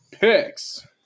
picks